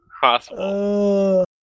Possible